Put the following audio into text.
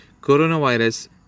Coronavirus